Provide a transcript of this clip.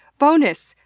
bonus!